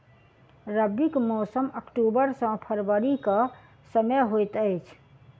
रबीक मौसम अक्टूबर सँ फरबरी क समय होइत अछि